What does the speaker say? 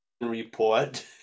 report